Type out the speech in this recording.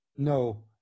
No